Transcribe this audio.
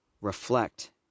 reflect